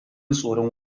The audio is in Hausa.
tsoron